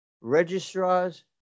registrars